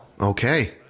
Okay